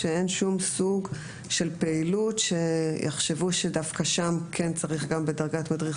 שאין שום סוג של פעילות שיחשבו שדווקא בה כן צריך גם בדרגת מדריך?